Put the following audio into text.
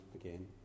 again